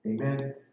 Amen